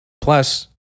Plus